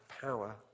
power